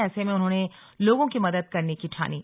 ऐसे में उन्होंने लोगों की मदद करनी की ठानी